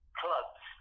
clubs